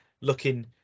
looking